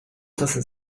doesn’t